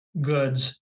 goods